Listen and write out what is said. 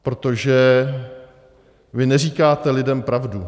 Protože vy neříkáte lidem pravdu.